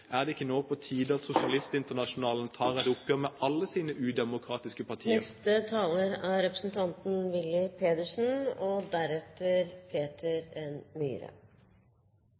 Er det ikke nå på tide at Sosialistinternasjonalen tar et oppgjør med alle sine udemokratiske partier? Norge har sammen med sine nabostater i Arktis gjennomgått en rivende utvikling hva angår folk-til-folk-samarbeid og